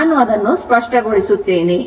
ಆದ್ದರಿಂದ ನಾನು ಅದನ್ನು ಸ್ಪಷ್ಟಗೊಳಿಸುತ್ತೇನೆ